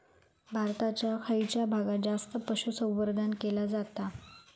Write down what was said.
भारताच्या खयच्या भागात जास्त पशुसंवर्धन केला जाता?